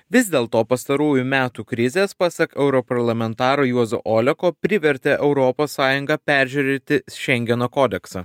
vis dėlto pastarųjų metų krizės pasak europarlamentaro juozo oleko privertė europos sąjungą peržiūrėti šengeno kodeksą